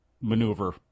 maneuver